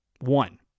One